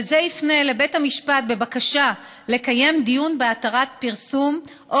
וזה יפנה לבית המשפט בבקשה לקיים דיון בהתרת פרסום או